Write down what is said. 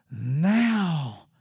now